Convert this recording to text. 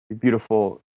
beautiful